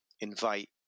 invite